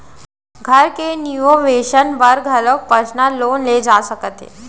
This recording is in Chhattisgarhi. घर के रिनोवेसन बर घलोक परसनल लोन ले जा सकत हे